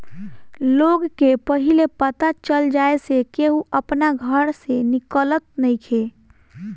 लोग के पहिले पता चल जाए से केहू अपना घर से निकलत नइखे